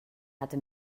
hatte